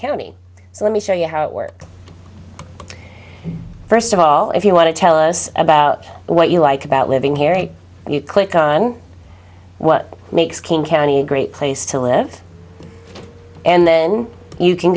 county so let me show you how it works first of all if you want to tell us about what you like about living here and you click on what makes king county a great place to live and then you can